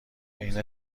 عین